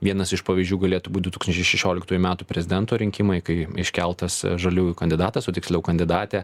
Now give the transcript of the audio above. vienas iš pavyzdžių galėtų būti du tūkstančiai šešioliktųjų metų prezidento rinkimai kai iškeltas žaliųjų kandidatas o tiksliau kandidatė